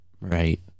Right